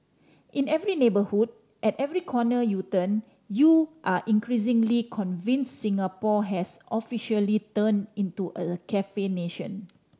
in every neighbourhood at every corner you turn you are increasingly convinced Singapore has officially turned into a cafe nation